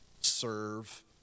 Serve